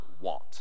want